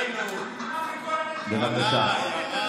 בבקשה.